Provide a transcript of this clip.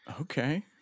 Okay